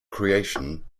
creation